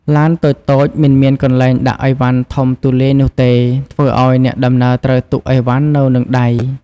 ឡានតូចៗមិនមានកន្លែងដាក់ឥវ៉ាន់ធំទូលាយនោះទេ ធ្វើឱ្យអ្នកដំណើរត្រូវទុកឥវ៉ាន់នៅនឹងដៃ។